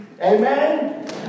Amen